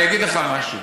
אני אגיד לך משהו: